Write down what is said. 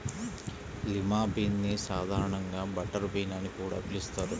lima bean ని సాధారణంగా butter bean అని కూడా పిలుస్తారు